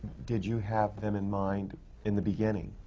did you have them in mind in the beginning?